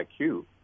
IQ